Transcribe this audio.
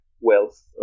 wealth